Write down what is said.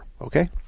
Okay